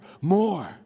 more